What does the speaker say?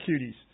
cuties